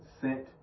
sent